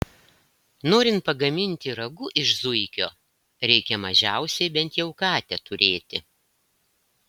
norint pagaminti ragu iš zuikio reikia mažiausiai bent jau katę turėti